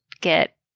get